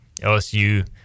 LSU